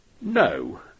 No